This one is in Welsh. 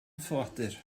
ffoadur